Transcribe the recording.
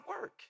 work